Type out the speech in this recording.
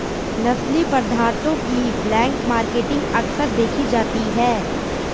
नशीली पदार्थों की ब्लैक मार्केटिंग अक्सर देखी जाती है